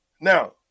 Now